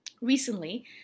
recently